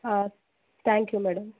thank you madam